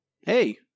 Hey